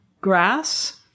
grass